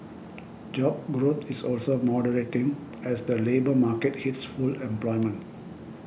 job growth is also moderating as the labour market hits full employment